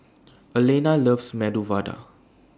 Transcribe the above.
Alayna loves Medu Vada